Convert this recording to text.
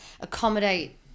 accommodate